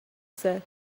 said